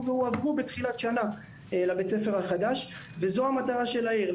והועברו בתחילת שנה לבית הספר החדש וזו המטרה של העיר,